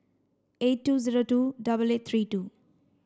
eight two zero two double eight three two